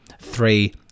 three